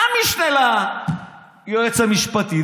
הוא היה משנה ליועץ המשפטי.